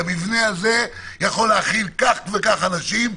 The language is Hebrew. המבנה הזה יכול להכיל כך וכך אנשים,